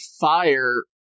fire